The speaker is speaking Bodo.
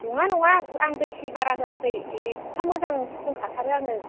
नङा नङा आं दै सै बारा होआखै एफा मोजां फुदुंखाथारो आङो